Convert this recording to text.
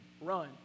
Run